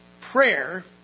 prayer